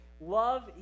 Love